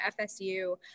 FSU